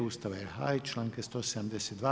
Ustava RH i članka 172.